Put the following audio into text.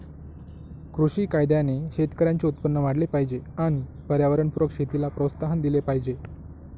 कृषी कायद्याने शेतकऱ्यांचे उत्पन्न वाढले पाहिजे आणि पर्यावरणपूरक शेतीला प्रोत्साहन दिले पाहिजे